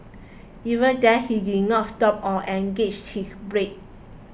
even then he did not stop or engaged his brake